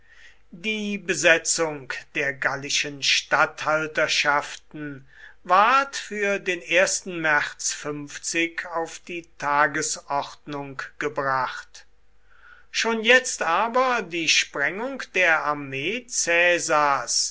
die besetzung der gallischen statthalterschaften ward für den märz auf die tagesordnung gebracht schon jetzt aber die sprengung der armee